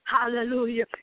Hallelujah